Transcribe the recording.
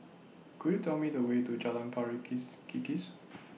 Could YOU Tell Me The Way to Jalan Pari kiss Kikis